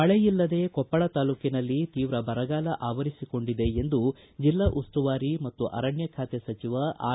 ಮಳೆಯಲ್ಲದೆ ಕೊಪ್ಪಳ ತಾಲೂಕಿನಲ್ಲಿ ತೀವ್ರ ಬರಗಾಲ ಅವರಿಸಿಕೊಂಡಿದೆ ಎಂದು ಜಿಲ್ಲಾ ಉಸ್ತುವಾರಿ ಮತ್ತು ಅರಣ್ಯ ಖಾತೆ ಸಚಿವ ಆರ್